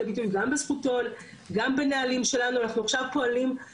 אנחנו עכשיו פועלים לעדכן גם את אותו דף מידע